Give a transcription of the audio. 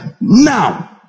now